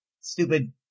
stupid